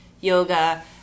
yoga